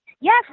Yes